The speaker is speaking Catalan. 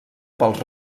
pels